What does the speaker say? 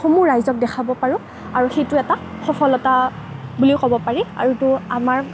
সমূহ ৰাইজক দেখুৱাব পাৰোঁ আৰু সেইটো এটা সফলতা বুলিয়ে ক'ব পাৰি আৰু সেইটো আমাৰ